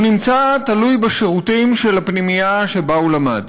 הוא נמצא תלוי בשירותים של הפנימייה שבה הוא למד.